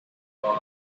boy